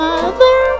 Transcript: Mother